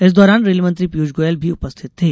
इस दौरान रेल मंत्री पीयूष गोयल भी उपस्थित थे